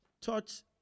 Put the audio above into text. touch